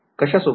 कशा सोबत